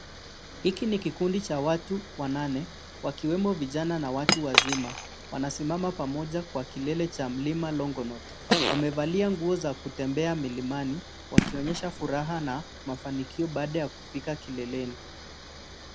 Hiki ni kikundi cha watu wanane, wakiwemo vijana na watu wazima. Wanasimama pamoja kwa kilele cha Mlima Longonot. Wamevalia nguo za kutembea mlimani wakionyesha furaha na mafanikio baada ya kufika kileleni.